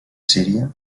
síria